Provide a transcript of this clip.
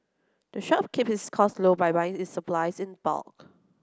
the shop keep its costs low by buying its supplies in bulk